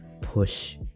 push